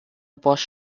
bosch